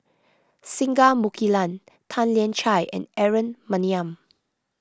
Singai Mukilan Tan Lian Chye and Aaron Maniam